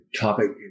topic